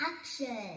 Action